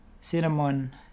cinnamon